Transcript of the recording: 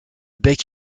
bec